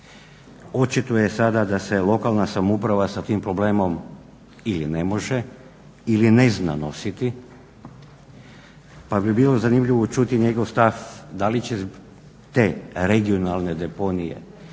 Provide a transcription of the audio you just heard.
Očito je sada da se lokalna samouprava sa tim problemom ili ne može ili ne zna nositi pa bi bilo zanimljivo čuti njegov stav da li će te regionalne deponije